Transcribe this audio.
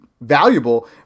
valuable